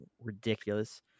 ridiculous